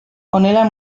honela